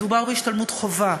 מדובר בהשתלמות חובה,